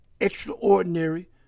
extraordinary